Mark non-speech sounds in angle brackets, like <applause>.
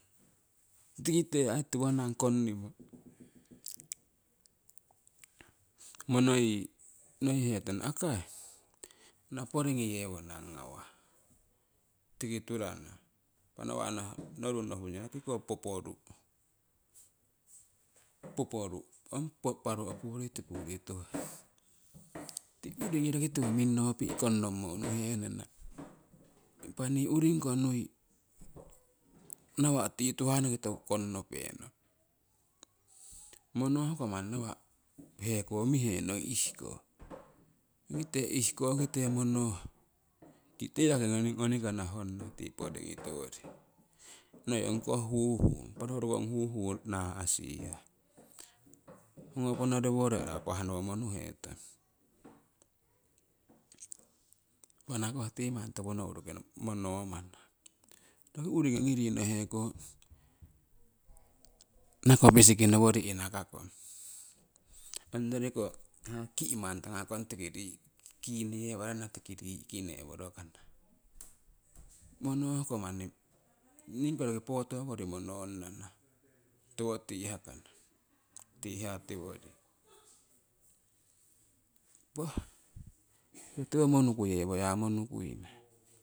Tikite ai tiwonang konnimo monoyii nohihetong akai ana poringii yewonang ngawah tiki turana, imapa noru nohuinyana tiko poporu', poporu' ong paru opuritipuri <noise> tuhah tii uringii roki tiwo minnopi' konnommo unuhenana. Impa nii uringii ko nui nawa' tii tuhah noki toku konnopengong monnohko manni nawa' heko mihenong ihhko tikite ihhko kite monnoh tii yaki ngonikana honna ti poringii <noise> tiworii. Noi ongkoh huhu impa roki ong huhu naasihah honngo ponoriworo arapah nowo monnuhetong impah anakoh tii manni toku nouruki monomania, roki uringii ongi rino hekoki nagovisiki nowori innakakong ongyori koh hiya ki'mang tangakong kinoyewarana tiki rii'ki ne'worokana. Monnohkoh yaki ningiiko roki photokori monnonnana tiwo tihakana tii hiya tiwori. Impa tiwo monongku yewo ya monukuina